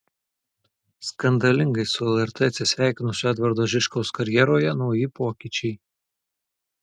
skandalingai su lrt atsisveikinusio edvardo žičkaus karjeroje nauji pokyčiai